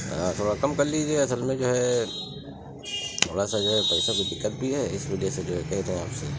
ہاں تھوڑا کم کر لیجیے اصل میں جو ہے تھوڑا سا جو ہے پیسوں کی دقت بھی ہے اس وجہ سے جو ہے کہہ رہے ہیں آپ سے